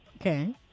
Okay